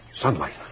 Sunlight